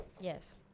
Yes